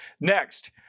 Next